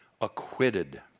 acquitted